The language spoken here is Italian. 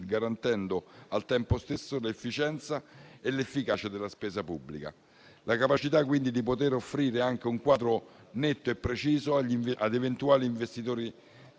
garantendo al tempo stesso l'efficienza e l'efficacia della spesa pubblica; la capacità, quindi, di poter offrire un quadro netto e preciso ad eventuali investitori